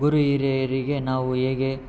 ಗುರು ಹಿರಿಯರಿಗೆ ನಾವು ಹೇಗೆ